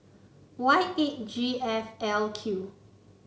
Y eight G F L Q